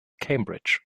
cambridge